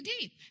deep